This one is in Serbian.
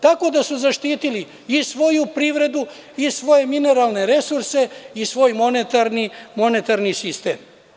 Tako da, zaštitili su i svoju privredu i svoje mineralne resurse i svoj monetarni sistem.